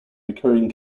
recurring